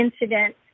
incident